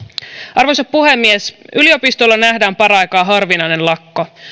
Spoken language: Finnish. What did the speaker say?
arvoisa puhemies yliopistolla nähdään paraikaa harvinainen lakko